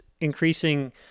increasing